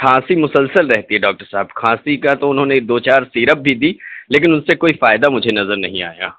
کھانسی مسلسل رہتی ہے ڈاکٹر صاحب کھانسی کا تو انہوں نے دو چار سیرپ بھی دی لیکن اس سے کوئی فائدہ مجھے نظر نہیں آیا